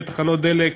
ותחנות דלק,